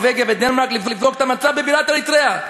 נורבגיה ודנמרק לבדוק את המצב בבירת אריתריאה.